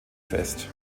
fest